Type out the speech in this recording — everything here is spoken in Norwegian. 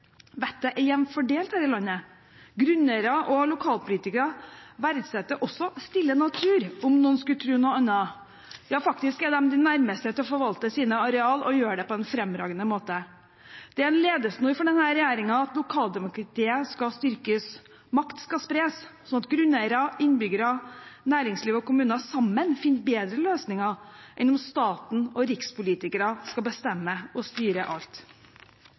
Vettet er jevnt fordelt her i landet. Grunneiere og lokalpolitikere verdsetter også stille natur, om noen skulle tro noe annet. Ja, faktisk er de de nærmeste til å forvalte sine arealer, og de gjør det på en fremragende måte. Det er en rettesnor for denne regjeringen at lokaldemokratiet skal styrkes. Makt skal spres, sånn at grunneiere, innbyggere, næringsliv og kommuner sammen finner bedre løsninger enn om staten og rikspolitikere skal bestemme og styre alt.